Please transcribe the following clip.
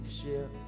ship